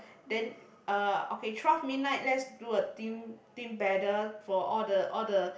then uh okay twelve midnight let's do a team team banner for all the all the